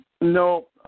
No